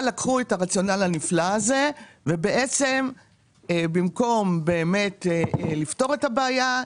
אבל לקחו את הרציונל הנפלא הזה ובעצם במקום באמת לפתור את הבעיה,